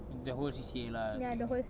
in the whole C_C_A lah I think